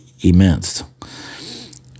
immense